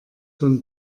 von